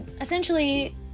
essentially